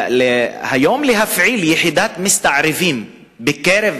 היום להפעיל יחידת מסתערבים בקרב